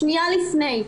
שנייה לפני,